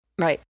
Right